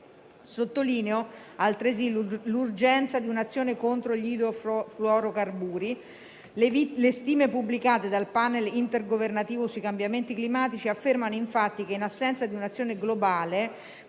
altresì l'urgenza di un'azione contro gli idrofluorocarburi. Le stime pubblicate dal Panel intergovernativo sui cambiamenti climatici (IPCC) affermano infatti che, in assenza di un'azione globale,